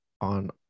on